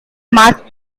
marc